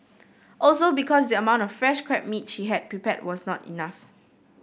also because the amount of fresh crab meat she had prepared was not enough